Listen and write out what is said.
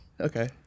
okay